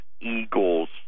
Eagles